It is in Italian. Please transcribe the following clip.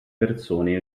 persone